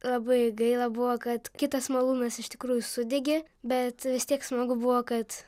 labai gaila buvo kad kitas malūnas iš tikrųjų sudegė bet vis tiek smagu buvo kad